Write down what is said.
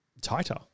tighter